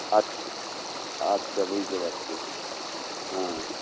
আচ্ছা আচ্ছা বুঝতে পারছি হ্যাঁ